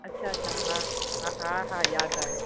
अछा अछा हा हा हा हा यादि आयो